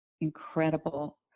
incredible